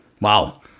Wow